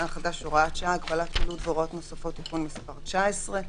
החדש (הוראת שעה) (הגבלת פעילות והוראות נוספות): תיקון תקנה 8: